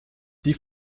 die